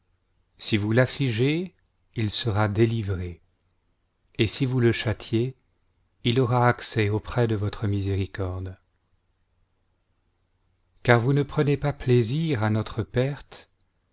si vous l'affligez il sera délivré et si vous le châtiez il aura accès auprès de votre miséricorde car voua ne prenez pas plaisir à notre perte